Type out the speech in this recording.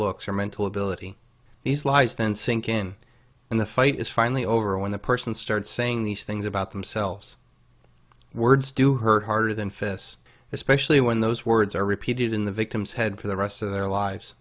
looks or mental ability these lies then sink in and the fight is finally over when the person starts saying these things about themselves words do hurt harder than fists especially when those words are repeated in the victim's head for the rest of their lives